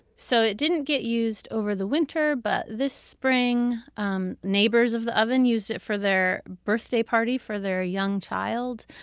so, it didn't get used over the winter. but, this spring um neighbors of the oven used it for their birthday party for their young child.